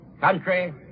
country